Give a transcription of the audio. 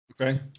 Okay